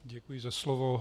Děkuji za slovo.